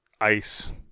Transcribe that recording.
ice